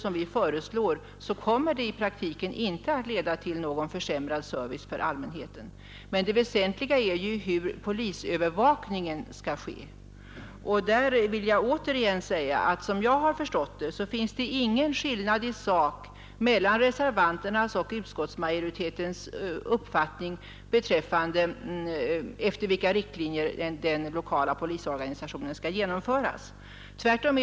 Men hur skall man bevara polisbevakningen bl.a. ute i glesbygderna, om man går fram centraliseringsvägen?